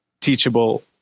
teachable